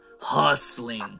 hustling